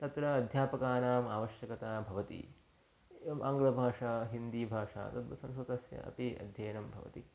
तत्र अध्यापकानाम् आवश्यकता भवति एवम् आङ्ग्लभाषा हिन्दीभाषा तद् संस्कृतस्य अपि अध्ययनं भवति